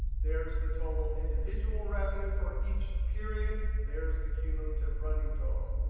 there's the total individual revenue for each period. there's the cumulative running total.